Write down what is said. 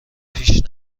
پیش